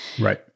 Right